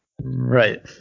Right